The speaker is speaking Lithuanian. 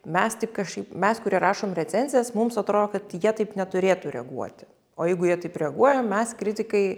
mes tik kažkaip mes kurie rašom recenzijas mums atrodo kad jie taip neturėtų reaguoti o jeigu jie taip reaguoja mes kritikai